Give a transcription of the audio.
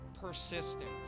persistent